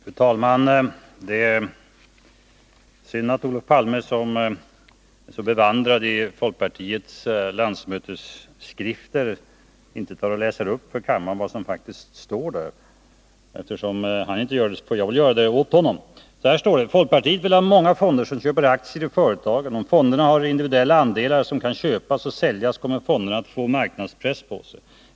Fru talman! Det är synd att Olof Palme, som är så bevandrad i folkpartiets landsmötesskrifter, inte läser upp för kammarens ledamöter vad som faktiskt står där. Eftersom inte han gör det, får väl jag göra det åt honom. Det står bl.a. så här: ”Folkpartiet vill ha många fonder som köper aktier i företagen. Om fonderna har individuella andelar som kan köpas och säljas kommer fonderna att få marknadspress på sig.